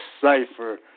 cipher